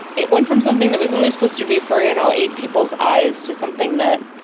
it went from something that was only supposed to to be for you know eight people's eyes to something that,